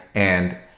and